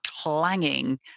clanging